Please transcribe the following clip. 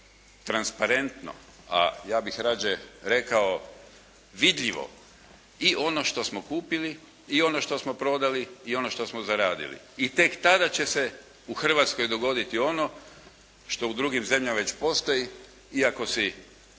transparentno, a ja bih rađe rekao vidljivo i ono što smo kupili i ono što smo prodali, i ono što smo zaradili. I tek tada će se u Hrvatskoj dogoditi ono što u drugim zemljama već postoji iako si